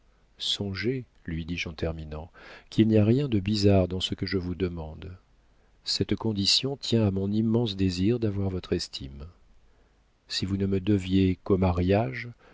songez lui dis-je en terminant qu'il n'y a rien de bizarre dans ce que je vous demande cette condition tient à mon immense désir d'avoir votre estime si vous ne me deviez qu'au mariage